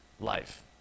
life